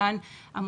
לה.